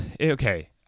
okay